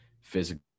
physical